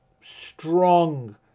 strong